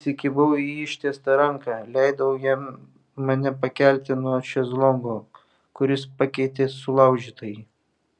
įsikibau į ištiestą ranką leidau jam mane pakelti nuo šezlongo kuris pakeitė sulaužytąjį